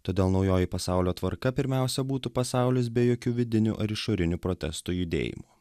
todėl naujoji pasaulio tvarka pirmiausia būtų pasaulis be jokių vidinių ar išorinių protesto judėjimų